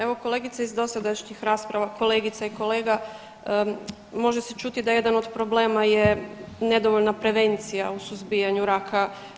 Evo kolegice iz dosadašnjih rasprava kolegica i kolega može se čuti da je jedan od problema nedovoljna prevencija u suzbijanju raka.